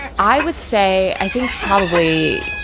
i would say i think probably,